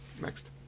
Next